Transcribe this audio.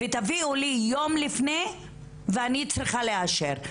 תביאו את זה יום לפני ואני אצטרך לאשר.